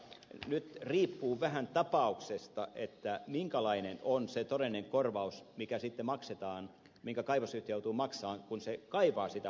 nyt riippuu vähän tapauksesta minkälainen on se todellinen korvaus mikä sitten maksetaan minkä kaivosyhtiö joutuu maksamaan kun se kaivaa sitä malmia